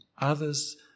Others